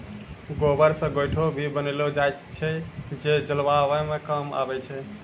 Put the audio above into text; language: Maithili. गोबर से गोयठो भी बनेलो जाय छै जे जलावन के काम मॅ आबै छै